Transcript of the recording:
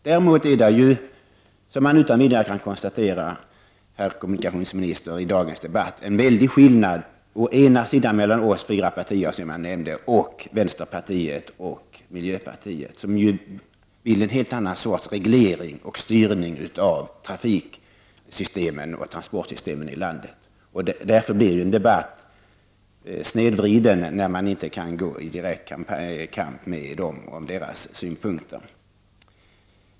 Däremot är det ju, som man utan vidare kan konstatera i dagens debatt, herr kommunikationsminister, en väldig skillnad mellan å ena sidan oss fyra partier, som jag nämnde, och å andra sidan vänsterpartiet och miljöpartiet, som ju vill ha en helt annan sorts reglering och styrning av trafiksystemen och transportsystemen i landet. Därför blir en debatt snedvriden när man inte kan gå i direkt kamp med dem om deras synpunkter.